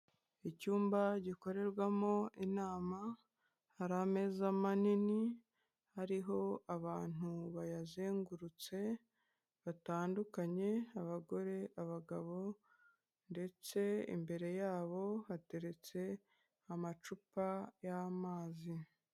Icyumba gikorerwamo inama, hari ameza manini, ariho abantu bayazengurutse batandukanye , abagore , abagabo ndetse imbere yabo hateretse amacupa y'amazi.